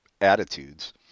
attitudes